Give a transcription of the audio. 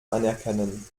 anerkennen